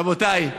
רבותיי,